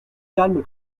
calme